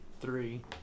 three